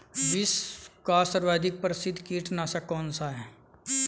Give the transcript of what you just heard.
विश्व का सर्वाधिक प्रसिद्ध कीटनाशक कौन सा है?